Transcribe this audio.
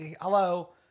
hello